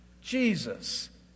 Jesus